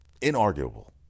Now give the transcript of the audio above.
Inarguable